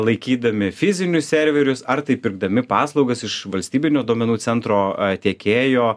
laikydami fizinius serverius ar tai pirkdami paslaugas iš valstybinio duomenų centro tiekėjo